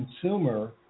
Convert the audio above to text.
consumer